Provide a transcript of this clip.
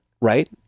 right